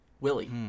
Willie